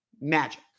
Magic